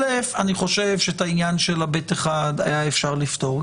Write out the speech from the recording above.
אני חושב שאת עניין ב1 אפשר היה לפתור,